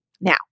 Now